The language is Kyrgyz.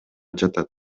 жатат